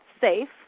safe